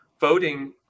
Voting